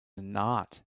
not